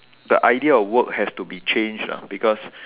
the idea of work has to be changed ah because